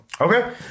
Okay